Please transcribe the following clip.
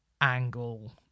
angle